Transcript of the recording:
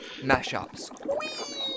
mashups